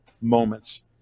moments